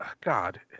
God